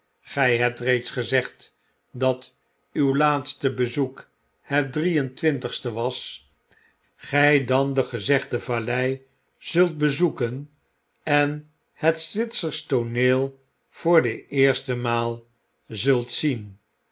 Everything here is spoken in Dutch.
gy hebt reeds gezegd dat uw laatste bezoek het drie en twintigste was gy dan de gezegde vallei zult bezoekefr en het zwitsersch tooneel voor de eerstemaal zult zien